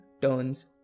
turns